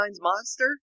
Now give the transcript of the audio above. Monster